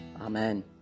Amen